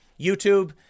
YouTube